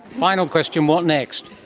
final question what next?